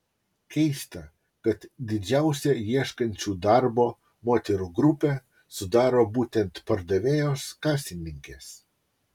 keista kad didžiausią ieškančių darbo moterų grupę sudaro būtent pardavėjos kasininkės